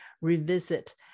revisit